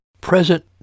present